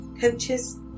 coaches